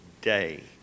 day